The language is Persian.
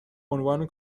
عنوان